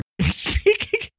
speaking